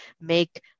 make